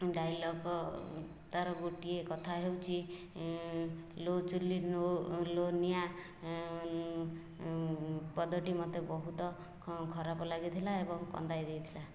dialogue ତାର ଗୋଟିଏ କଥା ହେଉଛି ଲୋ ଚୁଲି ଲୋ ନିଆଁ ପଦଟି ମୋତେ ବହୁତଖଖରାପ ଲାଗିଥିଲା ଏବଂ କନ୍ଦାଇ ଦେଇଥିଲା